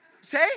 Say